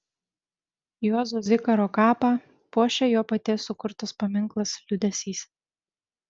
juozo zikaro kapą puošia jo paties sukurtas paminklas liūdesys